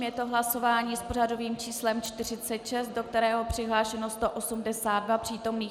Je to hlasování s pořadovým číslem 46, do kterého je přihlášeno 182 přítomných.